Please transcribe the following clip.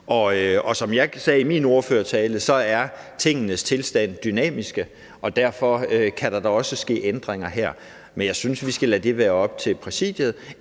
Og som jeg sagde i min ordførertale, er tingenes tilstand dynamisk, og derfor kan der da også ske ændringer her. Men jeg synes, at vi skal lade det være op til Præsidiet